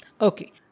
Okay